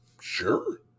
Sure